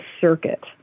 circuit